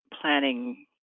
planning